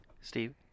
Steve